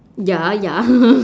ya ya